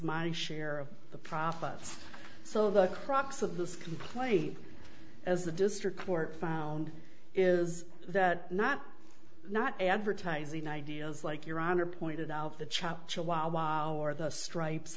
my share of the profits so the crux of this complaint as the district court found is that not not advertising ideas like your honor pointed out the chap chihuahua or the stripes